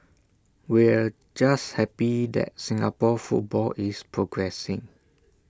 we're just happy that Singapore football is progressing